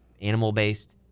animal-based